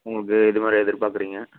உங்களுக்கு எது மாதிரி எதிர்பார்க்கறீங்க